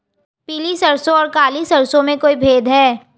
पीली सरसों और काली सरसों में कोई भेद है?